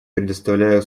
предоставляю